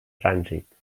trànsit